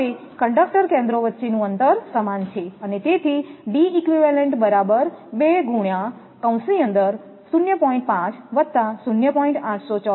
હવે કંડક્ટર કેન્દ્રો વચ્ચેનું અંતર સમાન છે અને તેથી D eq 2 0